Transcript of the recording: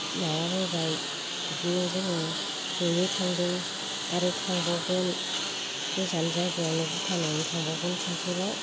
माबाबोबाय बिदिनो जोङो जयै थांदों आरो थांबावगोन गोजान जायगायावनो भुटानावनो थांबावगोन खनसेबाव